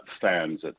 fans